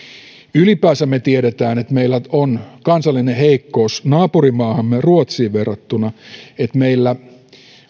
ylipäänsä me tiedämme että meillä on kansallinen heikkous naapurimaahamme ruotsiin verrattuna että meillä